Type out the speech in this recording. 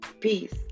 Peace